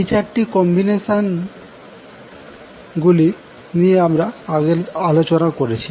এই 4 টি কম্বিনেশন গুলি নিয়ে আমরা আগে আলোচনা করেছি